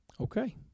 Okay